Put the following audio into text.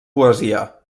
poesia